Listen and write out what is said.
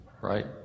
right